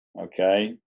okay